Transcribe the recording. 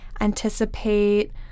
anticipate